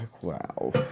Wow